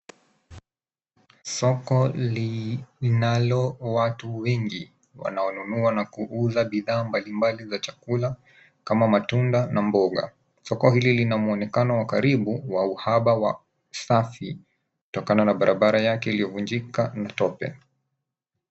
Soko liinalo watu wengi. Wanaonunua na kuuza bidhaa mbalimbali za chakula kama matunda na mboga. Soko hili lina muonekano wa karibu wa uhaba wa usafi kutokana na barabara yake iliyovunjika mtope.